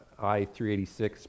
i386